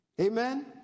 amen